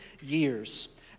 years